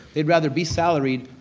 they'd rather be salaried,